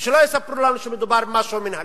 ושלא יספרו לנו שמדובר במשהו מינהלי.